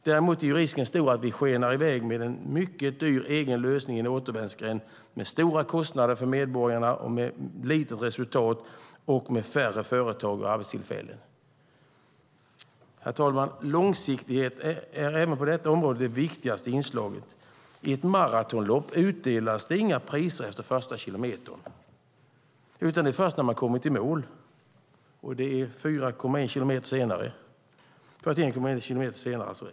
Däremot är risken stor att vi skenar i väg med en mycket dyr egen lösning i en återvändsgränd med stora kostnader för medborgarna, med litet resultat och med färre företag och arbetstillfällen. Herr talman! Långsiktighet är även på detta område det viktigaste inslaget. I ett maratonlopp utdelas inga priser efter den första kilometern, utan först när man har kommit i mål 42 kilometer senare.